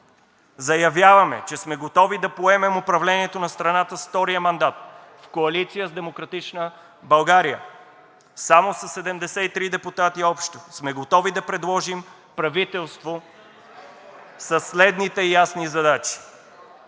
Заявяваме, че сме готови да поемем управлението на страната с втория мандат в коалиция с „Демократична България“. Само със 73 депутати общо сме готови да предложим правителство със следните ясни задачи: